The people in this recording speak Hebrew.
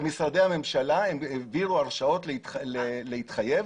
במשרדי הממשלה הם העבירו הרשאות להתחייב